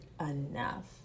enough